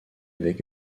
avec